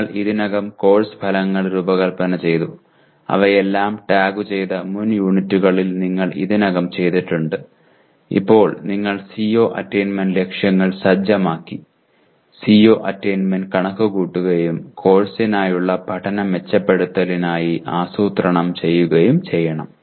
നിങ്ങൾ ഇതിനകം കോഴ്സ് ഫലങ്ങൾ രൂപകൽപ്പന ചെയ്ത അവയെല്ലാം ടാഗുചെയ്ത മുൻ യൂണിറ്റുകളിൽ നിങ്ങൾ ഇതിനകം ചെയ്തിട്ടുണ്ട് ഇപ്പോൾ നിങ്ങൾ CO അറ്റയ്ന്മെന്റ് ലക്ഷ്യങ്ങൾ സജ്ജമാക്കി CO അറ്റയ്ന്മെന്റ് കണക്കുകൂട്ടുകയും കോഴ്സിനായുള്ള പഠന മെച്ചപ്പെടുത്തലിനായി ആസൂത്രണം ചെയ്യുകയും ചെയ്യണം